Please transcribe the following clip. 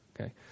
Okay